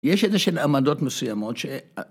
‫יש איזה של עמדות מסוימות ש...